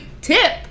tip